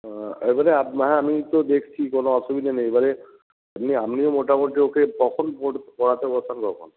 এবারে হ্যাঁ আমি তো দেখছি কোনো অসুবিধা নেই এবারে এমনি আপনিও মোটামুটি ওকে কখন পড়াতে বসান কখন